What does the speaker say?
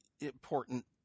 important